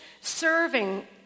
serving